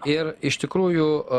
ir iš tikrųjų